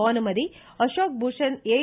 Bhanumathi Ashok Bhushan U